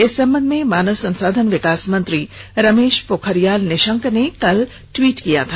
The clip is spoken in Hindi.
इस संबंध में मानव संसाधन विकास मंत्री रमेश पोखरियाल निशंक ने कल टवीट किया था